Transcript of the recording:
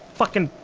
fucking.